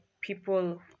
people